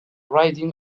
riding